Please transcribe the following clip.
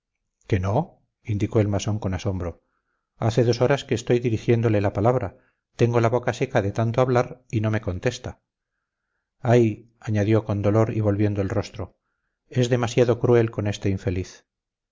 qué no indicó el masón con asombro hace dos horas que estoy dirigiéndole la palabra tengo la boca seca de tanto hablar y no me contesta ay añadió con dolor y volviendo el rostro es demasiado cruel con este infeliz